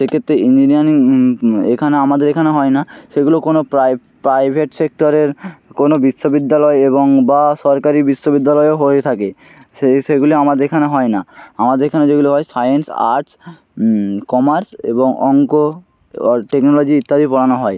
সেক্ষেত্রে ইঞ্জিনিয়ারিং এখানে আমাদের এখানে হয় না সেগুলো কোনো প্রাই প্রাইভেট সেক্টরের কোনো বিশ্ববিদ্যালয় এবং বা সরকারি বিশ্ববিদ্যালয়ে হয়ে থাকে সেই সেগুলি আমাদের এখানে হয় না আমাদের এখানে যেগুলো হয় সায়েন্স আর্টস কমার্স এবং অঙ্ক আর টেকনোলজি ইত্যাদি পড়ানো হয়